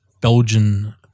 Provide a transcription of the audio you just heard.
Belgian